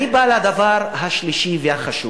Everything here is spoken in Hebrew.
אני בא לדבר השלישי והחשוב,